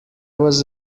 was